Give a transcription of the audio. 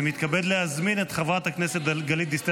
אני מתכבד להזמין את חברת הכנסת גלית דיסטל